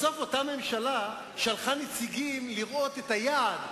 בסוף אותה ממשלה שלחה נציגים לראות את היעד,